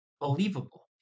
believable